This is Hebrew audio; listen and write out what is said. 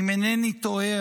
אם אינני טועה,